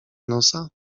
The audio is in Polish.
nosa